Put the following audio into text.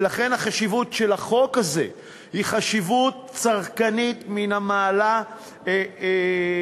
ולכן החשיבות של החוק הזה היא חשיבות צרכנית מן המעלה הראשונה,